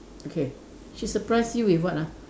okay she surprise you with what ah